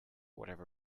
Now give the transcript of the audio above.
whatever